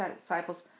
disciples